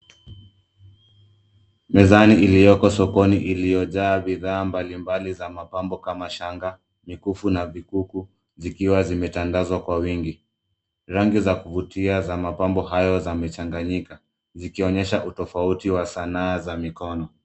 Mezani iliyoko sokoni iliyojaa bidhaa mbalimbali za mapambo kama shanga, mikufu na vikuku zikiwa zimetandazwa kwa wingi. Rangi za kuvutia za mapambo hayo zimechanganyika zikionyesha utofauti wa sanaa za mikono.